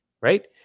right